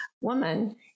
woman